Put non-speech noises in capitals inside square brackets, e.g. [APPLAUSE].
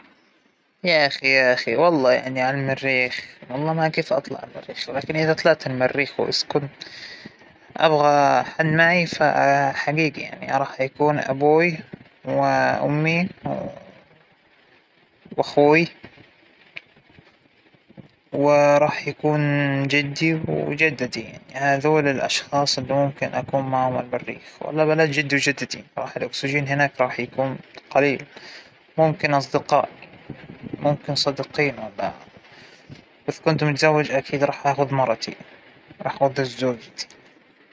راح أخذ أمى وزوجى وأولادى، أظن هادول الأشخاص اللى مابى أبعد عنهم الله يحفظهم لإلى، و [HESITATION] الله يرحم أبوى، أنه لو كان موجود أكيد كنت باخده معى، لكن [HESITATION] هو فى مكان أحسن يعنى الله يرحمه، فالو على المريخ راح أخد امى وزوجى وأولادى.